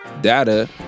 data